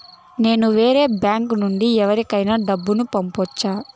నేను వేరే బ్యాంకు నుండి ఎవరికైనా డబ్బు పంపొచ్చా?